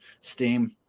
steam